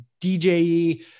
DJE